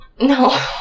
No